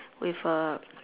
with a